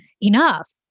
enough